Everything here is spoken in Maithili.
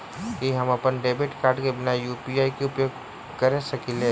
की हम अप्पन डेबिट कार्ड केँ बिना यु.पी.आई केँ उपयोग करऽ सकलिये?